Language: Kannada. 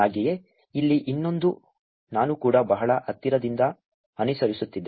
ಹಾಗೆಯೇ ಇಲ್ಲಿ ಇನ್ನೊಂದು ನಾನು ಕೂಡ ಬಹಳ ಹತ್ತಿರದಿಂದ ಅನುಸರಿಸುತ್ತಿದ್ದೆ